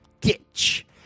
ditch